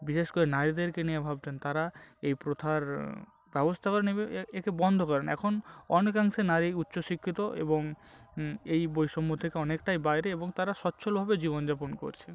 বিশেষ করে নারীদেরকে নিয়ে ভাবতেন তারা এই প্রথার ব্যবস্থা করে নেবে এ একে বন্ধ করেন এখন অনেকাংশে নারী উচ্চ শিক্ষিত এবং এই বৈষম্য থেকে অনেকটাই বাইরে এবং তারা স্বচ্ছলভাবে জীবনযাপন করছেন